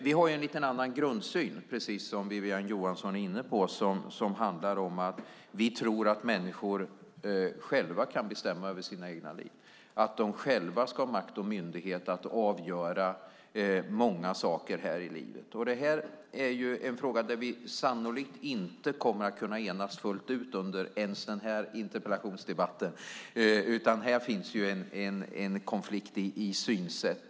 Vi har en annan grundsyn, precis som Wiwi-Anne Johansson var inne på, nämligen att vi tror att människor själva kan bestämma över sina egna liv, att de själva ska ha makt och myndighet att avgöra många saker i livet. Det här är en fråga där vi sannolikt inte kommer att enas fullt ut under ens den här interpellationsdebatten. Här finns en konflikt i synsätt.